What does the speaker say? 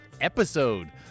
episode